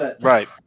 Right